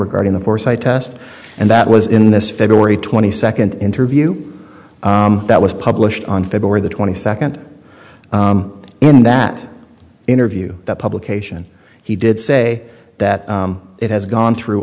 regarding the forsyte test and that was in this february twenty second interview that was published on february twenty second in that interview that publication he did say that it has gone through